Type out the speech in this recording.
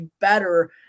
better